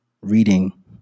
reading